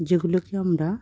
যেগুলোকে আমরা